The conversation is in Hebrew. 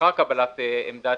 לאחר קבלת עמדת